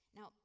Now